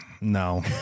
No